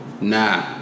nah